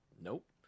nope